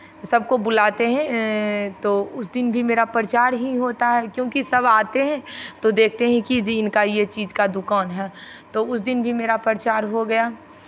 सबको बुलाते हैं तो उस दिन भी मेरा प्रचार ही होता है क्योंकि सब आते हैं तो देखते हें कि जी इनका ये चीज़ का दुकान है तो उस दिन भी मेरा प्रचार हो गया